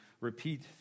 repeat